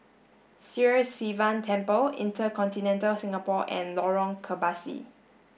Sri Sivan Temple InterContinental Singapore and Lorong Kebasi